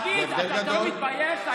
תגיד, אתה לא מתבייש להגיד ששיקרתי?